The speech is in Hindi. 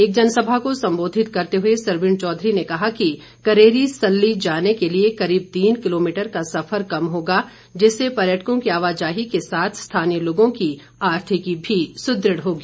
एक जनसभा को संबोधित करते हुए सरवीण चौधरी ने कहा कि करेरी सल्ली जाने के लिए करीब तीन किलोमीटर का सफर कम होगा जिससे पर्यटकों की आवाजाही के साथ स्थानीय लोगों की आर्थिकी भी सुदृढ़ होगी